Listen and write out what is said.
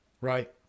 Right